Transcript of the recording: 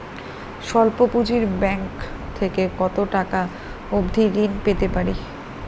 স্বল্প পুঁজির ব্যাংক থেকে কত টাকা অবধি ঋণ পেতে পারি?